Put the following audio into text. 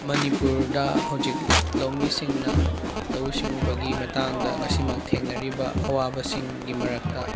ꯃꯅꯤꯄꯨꯔꯗ ꯍꯧꯖꯤꯛ ꯂꯧꯃꯤꯁꯤꯡꯅ ꯂꯧꯎ ꯁꯤꯡꯎꯕꯒꯤ ꯃꯇꯥꯡꯗ ꯉꯁꯤꯃꯛ ꯊꯦꯡꯅꯔꯤꯕ ꯑꯋꯥꯕꯁꯤꯡꯒꯤ ꯃꯔꯛꯇ